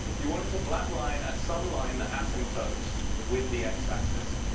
you want it to flat line at some line that asymptotes with the x-axis.